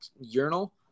urinal